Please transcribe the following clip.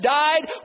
died